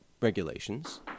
regulations